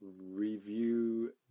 review